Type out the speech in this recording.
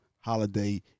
holiday